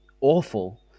awful